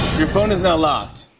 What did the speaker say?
your phone is now locked.